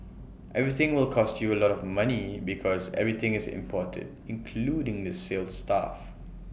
everything will cost you A lot of money because everything is imported including the sales staff